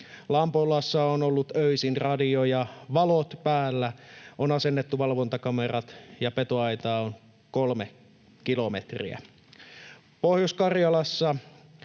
Lampolassa ovat olleet öisin radio ja valot päällä. On asennettu valvontakamerat, ja petoaitaa on kolme kilometriä. Pohjois-Karjalassa,